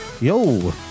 yo